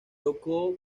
tocó